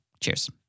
Cheers